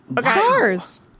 Stars